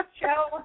show